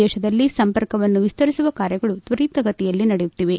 ದೇಶದಲ್ಲಿ ಸಂಪರ್ಕವನ್ನು ವಿಸ್ತರಿಸುವ ಕಾರ್ಯಗಳು ತ್ವರಿತಗತಿಯಲ್ಲಿ ನಡೆಯುತ್ತಿವೆ